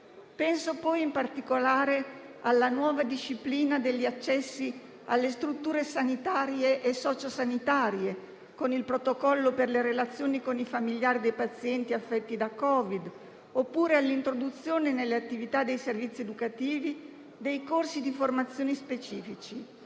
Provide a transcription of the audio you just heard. Penso poi in particolare alla nuova disciplina degli accessi alle strutture sanitarie e socio-sanitarie, con il protocollo per le relazioni con i familiari dei pazienti affetti da Covid-19, oppure all'introduzione, nelle attività dei servizi educativi, dei corsi di formazione specifici.